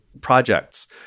projects